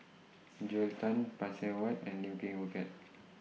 Joel Tan Phay Seng Whatt and Lim Ping Wee Kiak